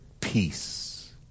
peace